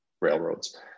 railroads